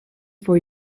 for